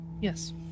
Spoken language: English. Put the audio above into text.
yes